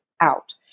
out